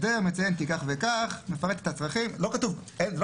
הנה --- כתוב: כחלק ממצב משק המים,